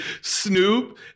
Snoop